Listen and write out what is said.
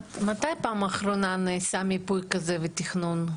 מתי בפעם האחרונה נעשה מיפוי כזה ותכנון?